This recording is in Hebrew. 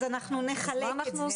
אנחנו נחלק את זה: